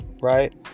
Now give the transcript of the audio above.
right